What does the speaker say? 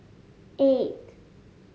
eight